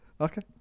okay